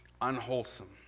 unwholesome